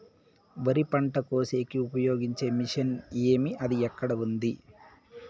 వరి పంట కోసేకి ఉపయోగించే మిషన్ ఏమి అది ఎక్కడ ఉంది?